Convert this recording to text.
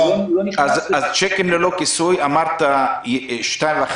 אז צ'קים ללא כיסוי, אמרת 2.5%